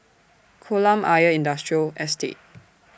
Kolam Ayer Industrial Estate